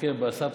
תסתכל בסבטקסט.